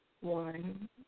One